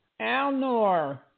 Alnor